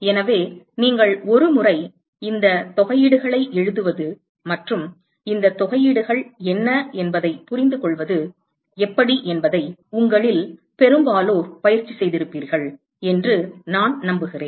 எனவே நீங்கள் ஒருமுறை இந்த தொகையீடுகளை எழுதுவது மற்றும் இந்த தொகையீடுகள் என்ன என்பதைப் புரிந்துகொள்வது எப்படி என்பதை உங்களில் பெரும்பாலோர் பயிற்சி செய்திருப்பீர்கள் என்று நான் நம்புகிறேன்